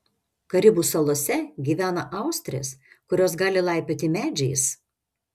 karibų salose gyvena austrės kurios gali laipioti medžiais